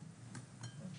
צדק.